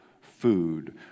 food